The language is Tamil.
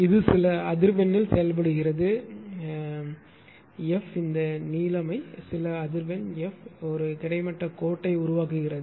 இது சில அதிர்வெண்ணில் செயல்படுகிறது என்று வைத்துக்கொள்வோம் எஃப் இந்த நீல மை சில அதிர்வெண் எஃப் ஒரு கிடைமட்ட கோட்டை உருவாக்குகிறது